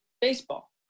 baseball